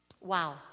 Wow